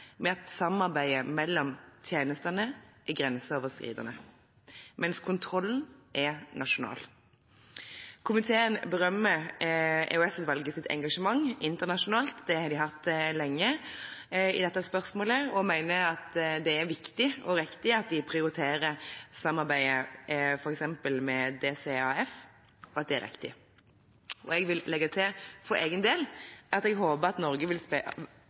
at samarbeidet mellom tjenestene er grenseoverskridende, mens kontrollen er nasjonal. Komiteen berømmer EOS-utvalgets engasjement internasjonalt – det har de hatt lenge – i dette spørsmålet og mener det er viktig og riktig at de prioriterer samarbeidet med DCAF, Geneva Centre for the Democratic Control of Armed Forces. Jeg vil legge til for egen del at jeg håper Norge vil